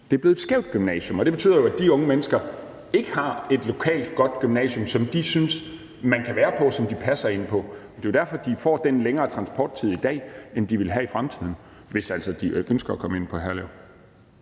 det er blevet et skævt gymnasium. Det betyder jo, at de unge mennesker ikke har et godt lokalt gymnasium, som de synes de kan være på, og som de synes, de passer til. Det er jo derfor, de i dag har en længere transporttid, end de vil have i fremtiden – hvis de altså ønsker at komme ind på Herlev